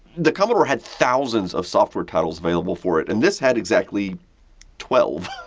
the commodore had thousands of software titles available for it, and this had exactly twelve.